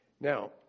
Now